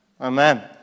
Amen